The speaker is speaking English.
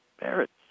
Parrots